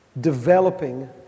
developing